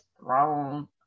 thrown